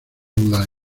live